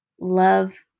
love